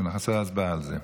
נעשה הצבעה על זה.